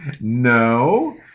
No